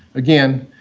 again,